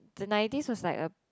the ninety's was like a